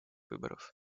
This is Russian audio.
выборов